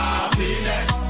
Happiness